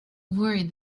worried